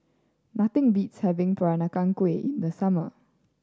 nothing beats having Peranakan Kueh in the summer